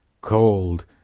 cold